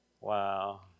Wow